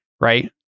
Right